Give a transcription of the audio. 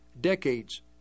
decades